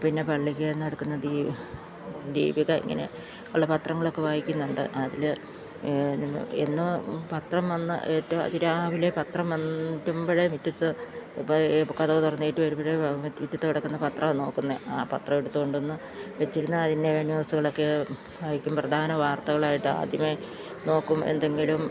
പിന്നെ പള്ളിക്കല്ലില് നിന്നെടുക്കുന്ന ദീപിക ഇങ്ങനെ ഉള്ള പത്രങ്ങളൊക്കെ വായിക്കുന്നുണ്ട് അതില് പത്രം വന്ന് ഏറ്റവും അതിരാവിലെ പത്രം വരുമ്പോഴേ മുറ്റത്ത് ഇപ്പോള് കതക് തുറന്നെഴുന്നേറ്റ് വരുമ്പോള് മുറ്റത്ത് കിടക്കുന്ന പത്രമാണ് നോക്കുന്നത് ആ പത്രമെടുത്ത് കൊണ്ടുവന്ന് വെച്ചിരുന്ന് അതിലെ ന്യൂസുകളൊക്കെ വായിക്കും പ്രധാന വാർത്തകളായിട്ട് ആദ്യമേ നോക്കും എന്തെങ്കിലും